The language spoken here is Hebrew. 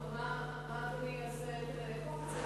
מה אדוני יעשה כדי לאכוף את זה?